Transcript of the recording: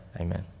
Amen